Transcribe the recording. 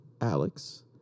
Alex